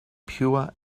pure